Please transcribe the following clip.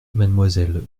mademoiselle